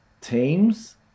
teams